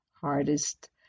hardest